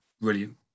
brilliant